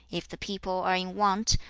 if the people are in want,